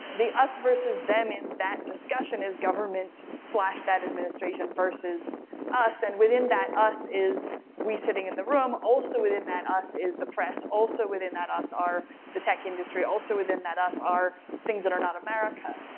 the us versus them in that discussion is government slash that administration versus us, and within that us is we sitting in the room, also within that us is the press, also within that us are the tech industry, also within that us are things that are not america.